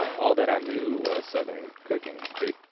um all that i knew was southern cooking, big,